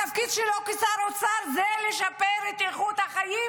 התפקיד שלו כשר האוצר זה לשפר את איכות החיים